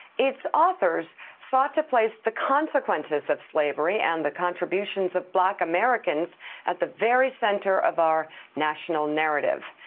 its authors sought to place the consequences of slavery and the contributions of black americans at the very center of our national narrative.